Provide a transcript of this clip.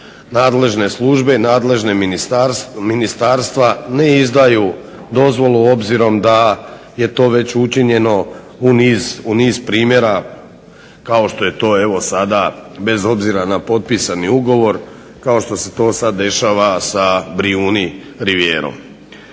nadležne službe i nadležna ministarstva ne izdaju dozvolu obzirom da je to već učinjeno u niz primjera. Kao što je to evo sada bez obzira na potpisani ugovor kao što se to sad dešava sa Brijuni Rivijerom.